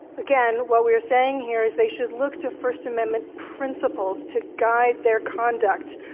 again, what we are saying here is they should look to first amendment principles to guide their conduct.